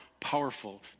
powerful